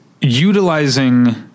utilizing